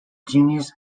genus